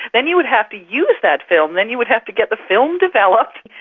then you would have to use that film, then you would have to get the film developed,